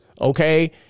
Okay